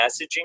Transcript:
messaging